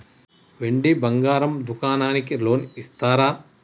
వెండి బంగారం దుకాణానికి లోన్ ఇస్తారా?